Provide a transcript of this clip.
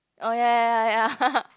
uh ya ya ya ya